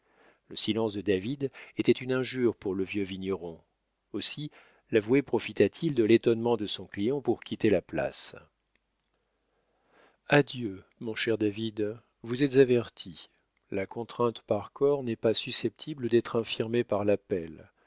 le silence de david était une injure pour le vieux vigneron aussi l'avoué profita-t-il de l'étonnement de son client pour quitter la place adieu mon cher david vous êtes averti la contrainte par corps n'est pas susceptible d'être infirmée par l'appel